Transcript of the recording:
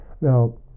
Now